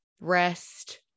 rest